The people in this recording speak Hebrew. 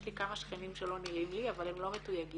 יש לי כמה שכנים שלא נראים לי אבל הם לא מתויגים.